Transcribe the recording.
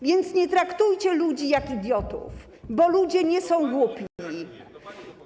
Więc nie traktujcie ludzi jak idiotów, bo ludzie nie są głupi.